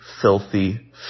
filthy